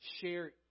share